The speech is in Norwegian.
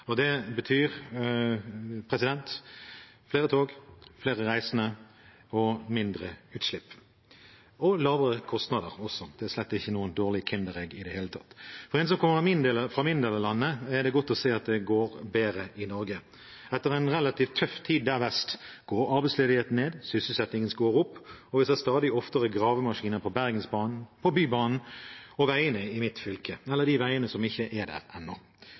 hittil. Det betyr flere tog, flere reisende og mindre utslipp – og lavere kostnader også. Det er slett ikke noe dårlig kinderegg i det hele tatt. For en som kommer fra min del av landet, er det godt å se at det går bedre i Norge. Etter en relativt tøff tid der vest går arbeidsledigheten ned, sysselsettingen går opp, og vi ser stadig oftere gravemaskiner på Bergensbanen, på Bybanen og på veiene i mitt fylke – eller på de veiene som ikke er der ennå.